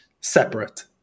separate